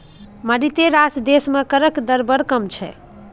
मारिते रास देश मे करक दर बड़ कम छै